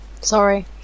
Sorry